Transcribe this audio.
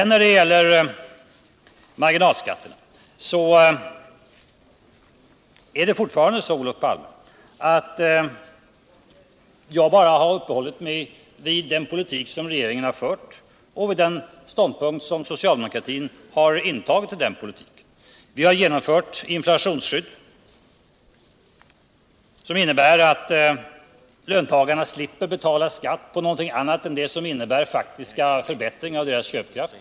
När det gäller marginalskatterna är det fortfarande så, Olof Palme, att jag bara har uppehållit mig vid den politik som regeringen har fört och vid den ståndpunkt som socialdemokratin intagit till den politiken. Vi har genomfört inflationsskydd, som innebär att löntagarna slipper betala skatt för någonting annat än de faktiska förbättringarna av köpkraften.